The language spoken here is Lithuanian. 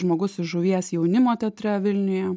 žmogus iš žuvies jaunimo teatre vilniuje